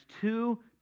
two